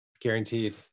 guaranteed